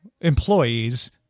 employees